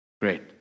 Great